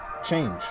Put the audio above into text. Change